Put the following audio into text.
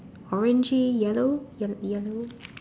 orangey yellow yel yellow